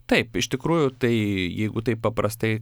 taip iš tikrųjų tai jeigu taip paprastai